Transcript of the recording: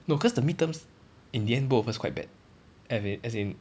no cause the mid-terms in the end both of us quite bad as in as in